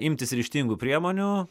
imtis ryžtingų priemonių